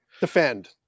Defend